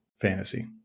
fantasy